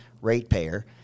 ratepayer